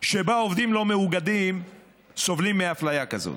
שבה עובדים לא מאוגדים סובלים מאפליה כזאת.